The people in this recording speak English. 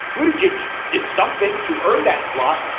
but a judge did something to earn that slot.